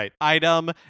item